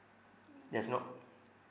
there's no